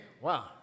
Wow